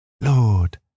Lord